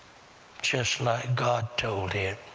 just like god told it.